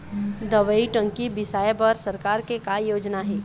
दवई टंकी बिसाए बर सरकार के का योजना हे?